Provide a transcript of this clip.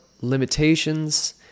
limitations